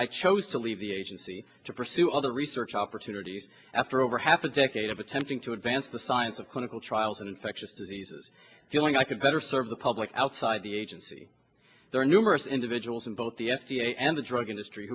i chose to leave the agency to pursue other research opportunities after over half a decade of attempting to advance the science of clinical trials and infectious diseases feeling i could better serve the public outside the agency there are numerous individuals in both the f d a and the drug industry